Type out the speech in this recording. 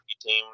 team